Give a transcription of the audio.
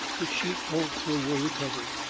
the sheep also were recovered.